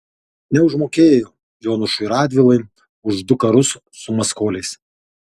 neužmokėjo jonušui radvilai už du karus su maskoliais